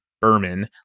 Berman